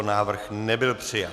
Návrh nebyl přijat.